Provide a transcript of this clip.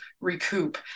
recoup